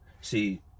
See